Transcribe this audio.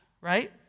right